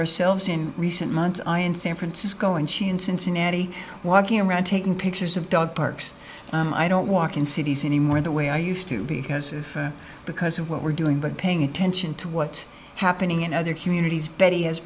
ourselves in recent months i in san francisco and she in cincinnati walking around taking pictures of dog parks i don't walk in cities anymore the way i used to because because of what we're doing but paying attention to what's happening in other communities betty has